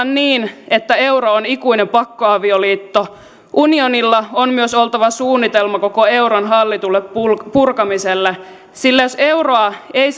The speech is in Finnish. niin että euro on ikuinen pakkoavioliitto unionilla on myös oltava suunnitelma koko euron hallitulle purkamiselle sillä jos euroa ei